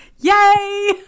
yay